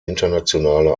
internationale